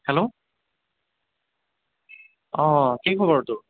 hello অঁ কি খবৰ তোৰ